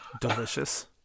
Delicious